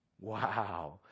Wow